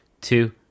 two